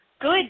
Good